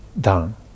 done